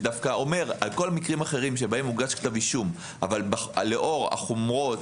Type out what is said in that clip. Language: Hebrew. שאומר: על כל המקרים האחרים שבהם הוגש כתב אישום אבל לאור החומרה,